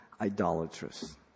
idolatrous